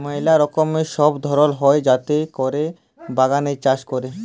ম্যালা রকমের সব ধরল হ্যয় যাতে ক্যরে বাগানে চাষ ক্যরে